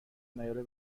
نیاره